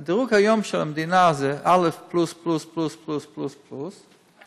היום הדירוג של המדינה זה א' פלוס פלוס פלוס פלוס פלוס פלוס.